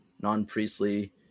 non-priestly